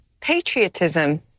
Patriotism